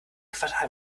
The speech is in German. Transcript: quartal